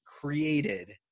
created